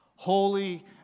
holy